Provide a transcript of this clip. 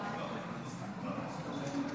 פסיקת